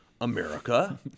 America